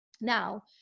Now